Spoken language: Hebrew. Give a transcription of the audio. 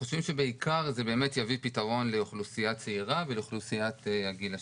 חושבים שבעיקר זה יביא פתרון לאוכלוסייה צעירה ולאוכלוסיית הגיל השלישי.